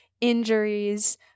injuries